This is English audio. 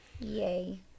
Yay